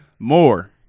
More